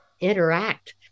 interact